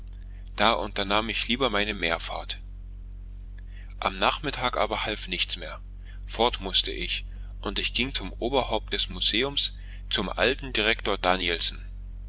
da unternahm ich lieber meine meerfahrt am nachmittag aber half nichts mehr fort mußte ich und ich ging zum oberhaupt des museums zum alten doktor